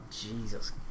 Jesus